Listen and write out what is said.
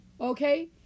Okay